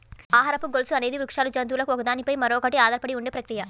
ఆహారపు గొలుసు అనేది వృక్షాలు, జంతువులు ఒకదాని పై మరొకటి ఆధారపడి ఉండే ప్రక్రియ